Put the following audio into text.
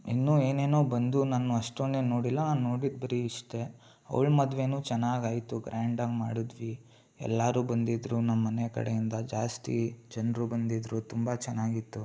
ಇನ್ನೂ ಏನೇನೋ ಬಂದವು ನಾನು ಅಷ್ಟೊಂದೇನೂ ನೋಡಿಲ್ಲ ನಾನು ನೋಡಿದ್ದು ಬರೀ ಇಷ್ಟೇ ಅವ್ಳ ಮದ್ವೆಯೂ ಚೆನ್ನಾಗಾಯ್ತು ಗ್ರ್ಯಾಂಡಾಗಿ ಮಾಡಿದ್ವಿ ಎಲ್ಲರೂ ಬಂದಿದ್ದರು ನಮ್ಮ ಮನೆ ಕಡೆಯಿಂದ ಜಾಸ್ತಿ ಜನರು ಬಂದಿದ್ದರು ತುಂಬ ಚೆನ್ನಾಗಿತ್ತು